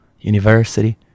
university